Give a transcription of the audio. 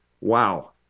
wow